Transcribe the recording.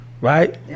right